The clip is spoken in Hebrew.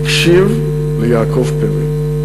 זיכרונו לברכה, הקשיב ליעקב פרי.